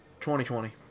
2020